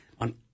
on